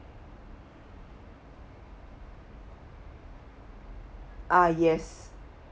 ah yes